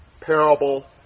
parable